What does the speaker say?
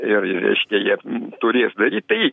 ir reiškia jie turės daryt tai